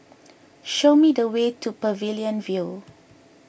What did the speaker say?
show me the way to Pavilion View